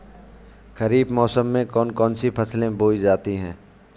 खरीफ मौसम में कौन कौन सी फसलें बोई जाती हैं?